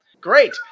great